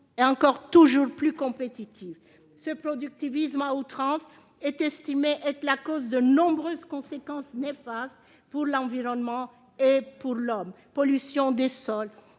encore et toujours plus compétitif. Ce productivisme à outrance est la cause de nombreuses conséquences néfastes pour l'environnement et pour l'homme : pollution des sols,